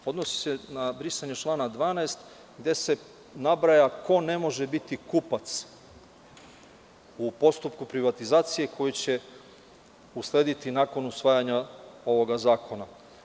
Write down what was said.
Odnosi se na brisanje člana 12, gde se nabraja ko ne može biti kupac u postupku privatizacije, koji će uslediti nakon usvajanja ovog zakona.